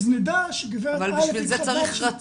אז נדע שגב' א' התחתנה --- מיש אבל בשביל זה צריך רצון,